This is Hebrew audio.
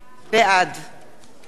בעד